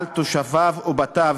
על תושביו ובתיו,